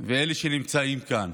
ואלה שנמצאים כאן.